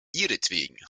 ihretwegen